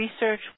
research